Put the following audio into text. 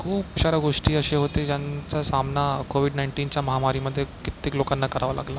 खूप साऱ्या गोष्टी अशा होते ज्यांचा सामना कोविड नाईन्टीनच्या महामारीमध्ये कित्येक लोकांना करावा लागला